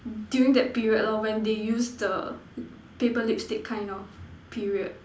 during that period lor when they use the paper lipstick kind of period